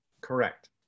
Correct